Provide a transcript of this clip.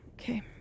okay